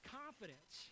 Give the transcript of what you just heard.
confidence